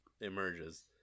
emerges